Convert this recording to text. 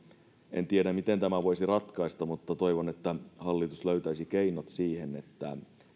en tiedä miten tämän voisi ratkaista mutta toivon että hallitus löytäisi keinot siihen että